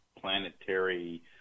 planetary